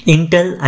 Intel